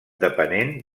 depenent